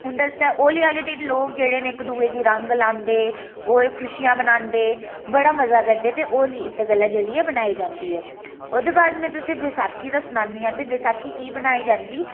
उं'दे आस्तै होली आह्ले दिन लोक जेह्ड़े न इक दूऐ गी रंग लांदे होर खुशियां मनांदे बड़ा मज़ा करदे ते होली इत्तै गल्ला जेह्ड़ी ऐ मनाई जंदी ऐ ओह्दे बाद में तुसें ई बैसाखी दा सुनानी आं ते बैसाखी कीऽ बनाई जंदी